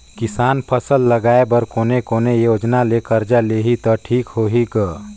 किसान फसल लगाय बर कोने कोने योजना ले कर्जा लिही त ठीक होही ग?